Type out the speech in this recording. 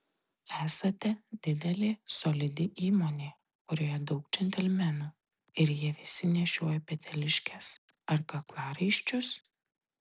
esate didelė solidi įmonė kurioje daug džentelmenų ir jie visi nešioja peteliškes ar kaklaraiščius